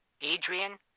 Adrian